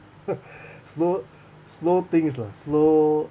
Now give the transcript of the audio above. slow slow things lah slow